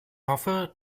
hoffe